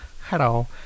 hello